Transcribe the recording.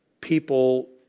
people